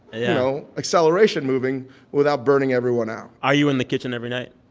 you know, acceleration moving without burning everyone out are you in the kitchen every night?